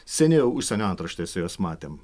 seniai jau užsienio antraštėse juos matėm